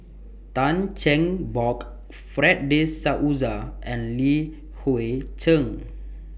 Tan Cheng Bock Fred De Souza and Li Hui Cheng